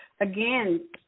again